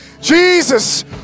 Jesus